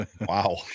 Wow